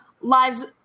lives